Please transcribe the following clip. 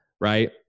Right